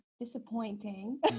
disappointing